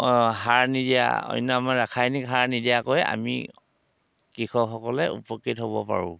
সাৰ নিদিয়া অন্য আমাৰ ৰাসায়নিক সাৰ নিদিয়াকৈ আমি কৃষকসকলে উপকৃত হ'ব পাৰোঁ